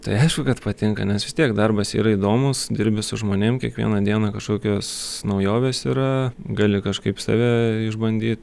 tai aišku kad patinka nes vis tiek darbas yra įdomus dirbi su žmonėm kiekvieną dieną kažkokios naujovės yra gali kažkaip save išbandyt